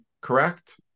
correct